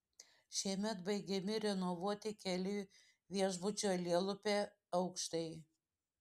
šiemet baigiami renovuoti keli viešbučio lielupe aukštai